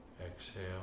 exhale